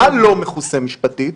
מה לא מכוסה משפטית,